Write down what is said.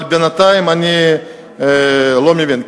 אבל בינתיים אני לא מבין,